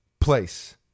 place